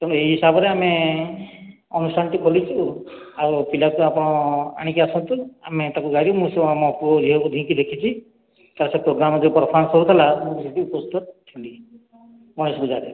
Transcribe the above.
ତେଣୁ ଏହି ହିସାବରେ ଆମେ ଅନୁଷ୍ଠାନଟି ଖୋଲିଚୁ ଆଉ ପିଲାକୁ ଆପଣ ଆଣିକି ଆସନ୍ତୁ ଆମେ ତାକୁ ଗଢ଼ିବୁ ମୁଁ ତମ ପୁଅ ଝିଅକୁ ଦିହିଙ୍କି ଦେଖିଛି ତା ର ପ୍ରୋଗ୍ରାମ ଯେଉଁ ପରଫୋରମନ୍ସ ହେଉଥିଲା ମୁଁ ସେଠି ଉପସ୍ଥିତ ଥିଲି ଗଣେଶ ପୂଜାରେ